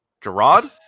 Gerard